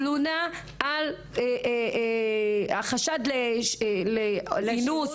תלונה על חשד לאינוס,